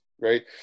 right